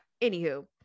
anywho